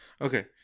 Okay